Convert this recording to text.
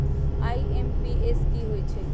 IMPS की होईछइ?